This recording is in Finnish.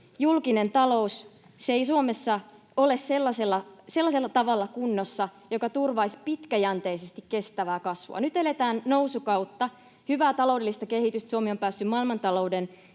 julkinen talous ei Suomessa ole sellaisella tavalla kunnossa, joka turvaisi pitkäjänteisesti kestävää kasvua. Nyt eletään nousukautta, hyvää taloudellista kehitystä, Suomi on päässyt maailmantalouden